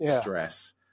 stress